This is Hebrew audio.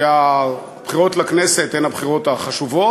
שהבחירות לכנסת הן הבחירות החשובות